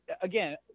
again